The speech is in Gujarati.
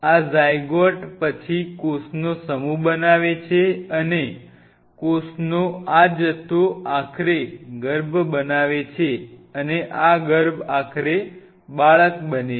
આ ઝાયગોટ પછી કોષનો સમૂહ બનાવે છે અને કોષનો આ જથ્થો આખરે ગર્ભ બનાવે છે અને આ ગર્ભ આખરે બાળક બને છે